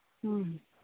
ꯎꯝ